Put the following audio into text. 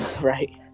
Right